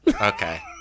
Okay